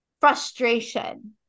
frustration